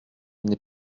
n’est